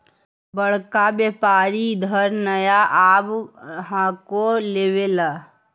बड़का व्यापारि इधर नय आब हको लेबे ला?